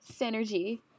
synergy